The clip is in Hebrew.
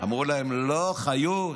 אמרו להם, לא, חיות,